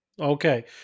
Okay